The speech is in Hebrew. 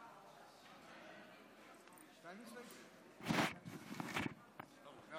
46. אם